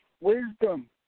Wisdom